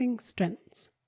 strengths